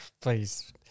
Please